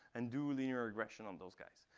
and do linear aggression on those guys.